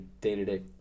day-to-day